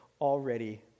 already